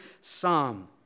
psalm